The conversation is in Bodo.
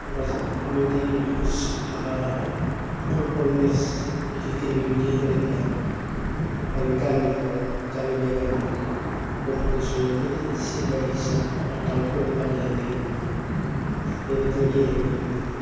बा बेबादि जि माबा फुटबल मेस गिदिर गिदिर बेबायदि होनाय जायामोन ओरैनो गामिफोराव गामि बाय गामि कम्पिटिसन बायदि सिल बायदिसिना बा दावफोरनि बादायलायनाय होयोमोन बेबादिनो गेलेबोयोमोन आरो